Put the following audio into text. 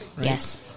Yes